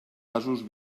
gasos